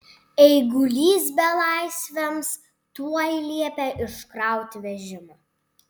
eigulys belaisviams tuoj liepė iškrauti vežimą